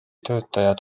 töötajad